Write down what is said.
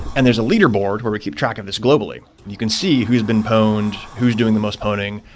and there's a leaderboard where we keep track of this globally. you can see who has been pawned, who's doing the most pawning.